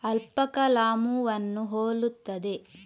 alpaca ಲಾಮೂವನ್ನು ಹೋಲುತ್ತದೆ